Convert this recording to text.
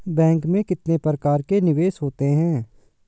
Bank में कितने प्रकार के निवेश होते हैं?